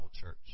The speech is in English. Church